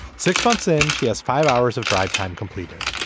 six months and she has five hours of drive time completed.